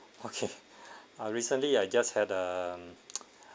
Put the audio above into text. okay ah recently I just had uh